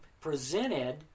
presented